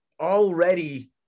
already